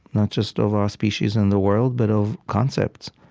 not just of our species and the world, but of concepts.